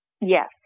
Yes